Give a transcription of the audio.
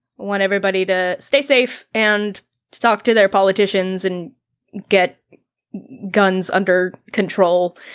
want everybody to stay safe and to talk to their politicians and get guns under control,